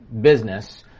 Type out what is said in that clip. business